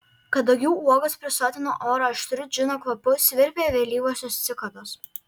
kadagių uogos prisotino orą aštriu džino kvapu svirpė vėlyvosios cikados